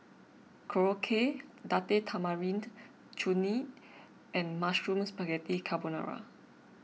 Korokke Date Tamarind Chutney and Mushroom Spaghetti Carbonara